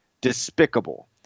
despicable